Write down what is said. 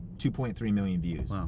two point three million views.